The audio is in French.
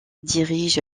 dirige